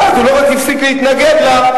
ואז הוא לא רק הפסיק להתנגד לה,